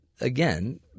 again